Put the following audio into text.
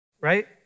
Right